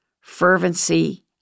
fervency